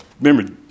remember